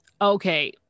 okay